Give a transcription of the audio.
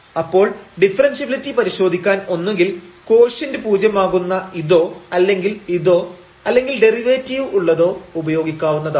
അപ്പോൾ ഡിഫറെൻഷ്യബിലിറ്റി പരിശോധിക്കാൻ ഒന്നുകിൽ കോഷ്യന്റ് പൂജ്യമാകുന്ന ഇതോ അല്ലെങ്കിൽ ഇതോ അല്ലെങ്കിൽ ഡെറിവേറ്റീവ് ഉള്ളതോ ഉപയോഗിക്കാവുന്നതാണ്